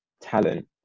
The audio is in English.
talent